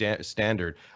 standard